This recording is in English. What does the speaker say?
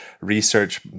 research